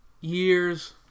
years